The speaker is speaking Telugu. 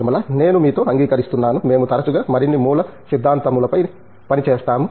నిర్మలా నేను మీతో అంగీకరిస్తున్నాను మేము తరచుగా మరిన్ని మూలసిద్దాంతములపై పని చేస్తాము